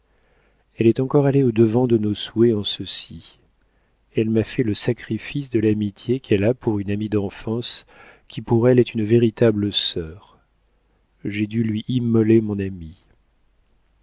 elle est encore allée au-devant de nos souhaits en ceci elle m'a fait le sacrifice de l'amitié qu'elle a pour une amie d'enfance qui pour elle est une véritable sœur j'ai dû lui immoler mon ami